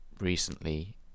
recently